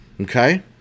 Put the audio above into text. Okay